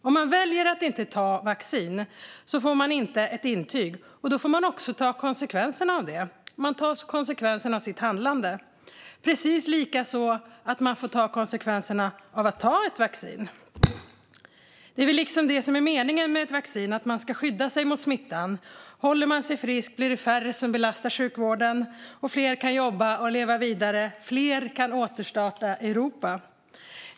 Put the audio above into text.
Om man väljer att inte ta vaccin får man inte ett intyg utan får ta konsekvenserna av sitt handlande - precis som man får ta konsekvenserna om man väljer att ta vaccin. Meningen med vacciner är väl att man ska skydda sig mot smittan. Håller man sig frisk blir det färre som belastar sjukvården, fler som kan jobba och leva vidare och fler som kan återstarta Europa.